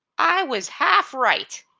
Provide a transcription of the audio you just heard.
i was half right.